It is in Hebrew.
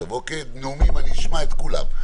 נאומים, אשמע את כולם.